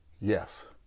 Yes